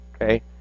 Okay